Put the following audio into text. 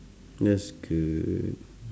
that's good